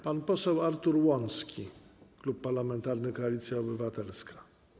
Pan poseł Artur Łącki, Klub Parlamentarny Koalicja Obywatelska.